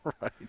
right